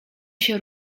się